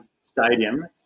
Stadium